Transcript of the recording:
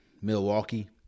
Milwaukee